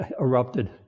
erupted